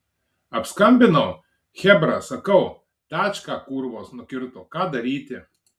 apskambinau chebra sakau tačką kurvos nukirto ką daryti